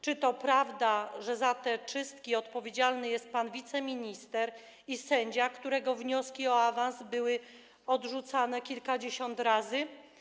Czy to prawda, że za te czystki odpowiedzialny jest pan wiceminister i sędzia, którego wnioski o awans były odrzucane kilkadziesiąt razy?